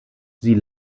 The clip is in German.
sie